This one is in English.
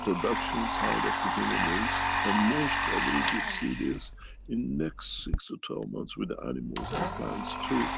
production side of the human race, and most probably, we'll see this in next six to twelve months with the animals and plants too,